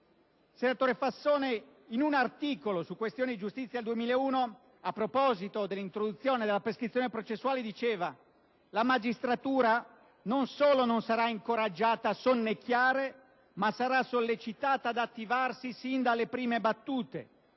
senatore Fassone, in un articolo su «Questione giustizia» del 2001, a proposito dell'introduzione della prescrizione processuale diceva: «La magistratura non solo non sarà incoraggiata a sonnecchiare, ma sarà sollecitata ad attivarsi sin dalle prime battute,